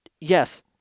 yes